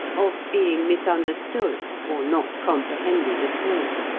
of being misunderstood or not comprehended at all.